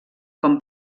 com